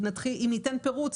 אם ניתן פירוט,